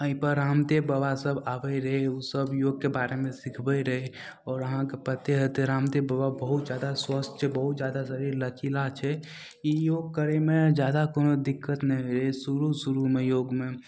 एहिपर रामदेव बाबा सभ आबै रहै ओसभ योगके बारेमे सिखबै रहै आओर अहाँके पते हेतै रामदेव बाबा बहुत जादा स्वस्थ छै बहुत जादा शरीर लचीला छै ई योग करैमे जादा कोनो दिक्कत नहि होइ रहै शुरू शुरूमे योगमे